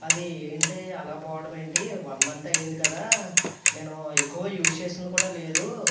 అది ఏంటి అలా పోవడమేంటి వన్ మంత్ అయింది కదా నేను ఎక్కువగా యూజ్ చేసింది కూడా లేదు